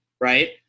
Right